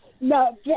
no